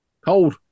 Cold